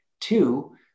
Two